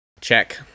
Check